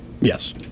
Yes